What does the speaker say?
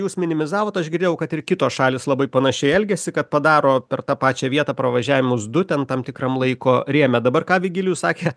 jūs minimizavot aš girdėjau kad ir kitos šalys labai panašiai elgiasi kad padaro per tą pačią vietą pravažiavimus du ten tam tikram laiko rėme dabar ką vigilijus sakė